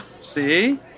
See